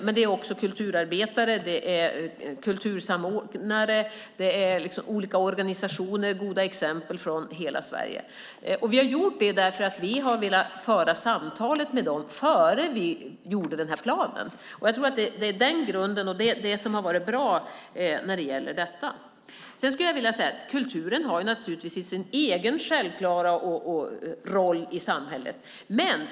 Men det är också kulturarbetare, kultursamordnare och olika organisationer med goda exempel från hela Sverige. Vi har gjort det för att vi har velat föra samtalet med dem innan vi gjorde planen. Det är grunden, och det har varit bra när det gäller detta. Kulturen har sin egen självklara roll i samhället.